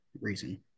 reason